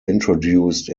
introduced